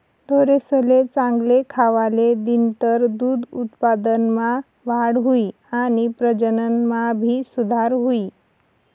ढोरेसले चांगल खावले दिनतर दूध उत्पादनमा वाढ हुई आणि प्रजनन मा भी सुधार हुई